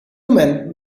men